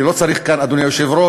אני לא צריך כאן, אדוני היושב-ראש,